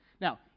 Now